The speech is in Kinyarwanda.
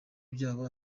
byabo